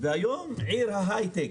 והיום היא עיר הייטק.